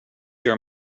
your